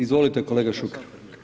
Izvolite kolega Šuker.